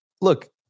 Look